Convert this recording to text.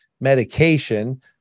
medication